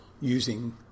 using